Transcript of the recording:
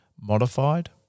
modified